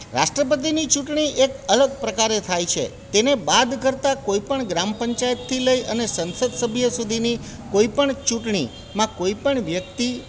રાષ્ટ્રપતિની ચૂંટણી એક અલગ પ્રકારે થાય છે તેને બાદ કરતાં કોઈ પણ ગ્રામ પંચાયત થી લઈ અને સંસદ સભ્ય સુધીની કોઈ પણ ચૂંટણીમાં કોઈ પણ વ્યક્તિ